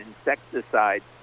insecticides